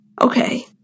Okay